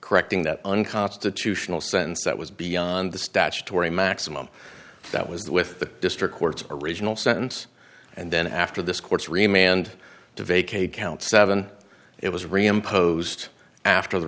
correcting that unconstitutional sentence that was beyond the statutory maximum that was there with the district court's original sentence and then after this court's remained to vacate count seven it was re imposed after the